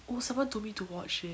oh someone told me to watch it